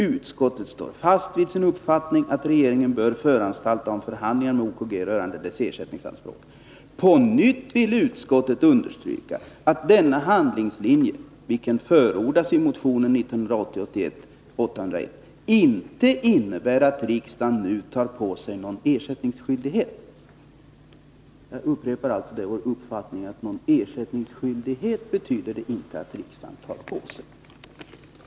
Utskottet står fast vid sin uppfattning att regeringen bör föranstalta om förhandlingar med OKG rörande dess ersättningsanspråk. På nytt vill utskottet understryka att denna handlingslinje — vilken förordas i motion 1980/81:801 - inte innebär att riksdagen nu tar på sig någon ersättningsskyldighet.” Jag upprepar alltså att det är vår uppfattning att detta inte betyder att riksdagen tar på sig någon ersättningsskyldighet.